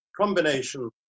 combination